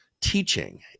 teaching